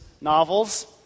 novels